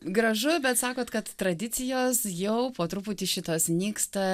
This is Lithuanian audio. gražu bet sakot kad tradicijos jau po truputį šitos nyksta